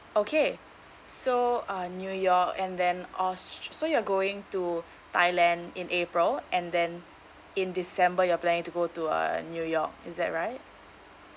okay so uh new york and then aus~ so you're going to thailand in april and then in december you're planning to go to uh new york is that right